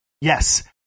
Yes